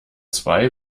zwei